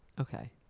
Okay